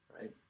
right